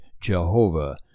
jehovah